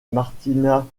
martina